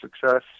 success